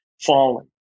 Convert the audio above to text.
falling